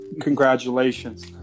congratulations